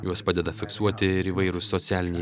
juos padeda fiksuoti ir įvairūs socialiniai